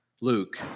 Luke